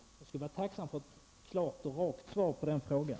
Jag skulle vara tacksam för ett klart och rakt svar på den frågan.